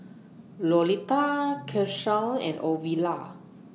Lolita Keshaun and Ovila